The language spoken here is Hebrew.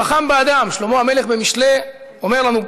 החכם באדם, שלמה המלך, במשלי אומר לנו: